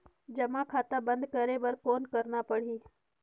जमा खाता बंद करे बर कौन करना पड़ही?